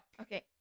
Okay